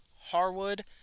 Harwood